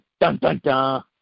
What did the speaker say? Dun-dun-dun